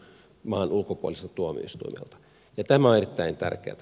tämä on erittäin tärkeätä